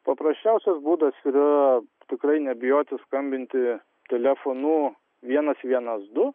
paprasčiausias būdas yra tikrai nebijoti skambinti telefonu vienas vienas du